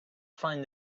find